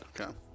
Okay